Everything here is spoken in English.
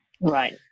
Right